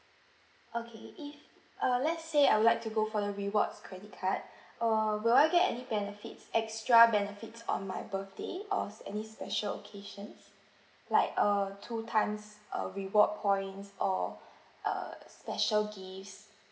okay if uh let's say I would like to go for your rewards credit card err will I get any benefits extra benefits on my birthday or any special occasions like err two times uh reward points or uh special gifts